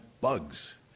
bugs